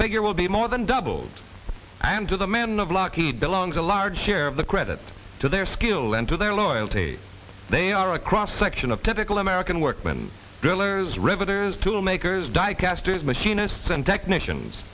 figure will be more than doubled and to the man of lockheed belongs a large share of the credit to their skill and to their loyalty they are a cross section of typical american work when drillers riveters tool makers die casters machinists and technicians